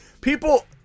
people –